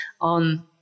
on